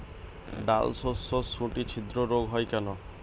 ডালশস্যর শুটি ছিদ্র রোগ হয় কেন?